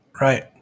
right